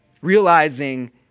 Realizing